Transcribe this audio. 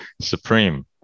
Supreme